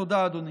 תודה, אדוני.